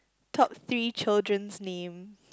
top three children's name